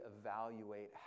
evaluate